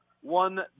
one